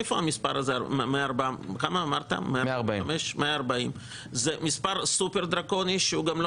מאיפה המספר הזה 140?זה מספר סופר דרקוני שהוא גם לא